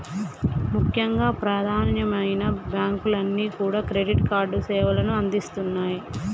ముఖ్యంగా ప్రధానమైన బ్యాంకులన్నీ కూడా క్రెడిట్ కార్డు సేవలను అందిస్తున్నాయి